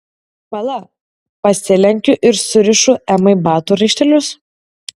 pala pasilenkiu ir surišu emai batų raištelius